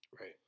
Right